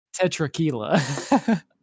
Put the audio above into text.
Tetraquila